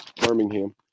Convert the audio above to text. Birmingham